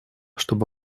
чтобы